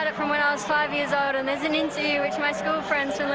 but from when i was five years old and there's an interview which my school friends